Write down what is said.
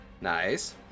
Nice